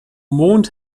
mond